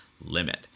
limit